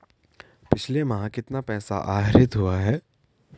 पिछले माह कितना पैसा आहरित हुआ है?